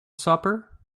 supper